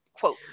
quote